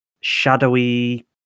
shadowy